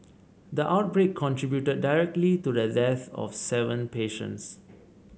the outbreak contributed directly to the death of seven patients